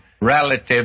relative